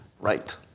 right